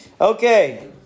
Okay